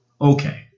Okay